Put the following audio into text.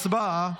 הצבעה.